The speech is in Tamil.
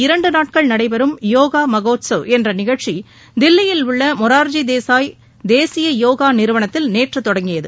இரண்டு நாட்கள் நடைபெறும் யோகா மகோத்ஸவ் என்ற நிகழ்ச்சி தில்லியில் உள்ள மொரார்ஜி தேசாய் தேசிய யோகா நிறுவனத்தில் நேற்று தொடங்கியது